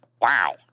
Wow